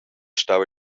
stau